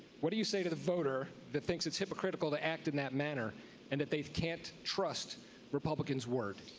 what do you say to the voter that thinks it's hypocriteical to act in that manner and that they can't trust republicans' word?